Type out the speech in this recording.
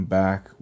back